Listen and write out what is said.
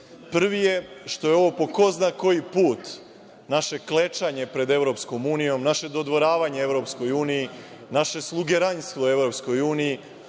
je što je ovo po ko zna koji put naše klečanje pred EU, naše dodvoravanje EU, naše slugeranstvo EU,